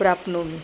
प्राप्नोमि